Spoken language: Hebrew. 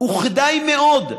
וכדאי מאוד,